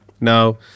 Now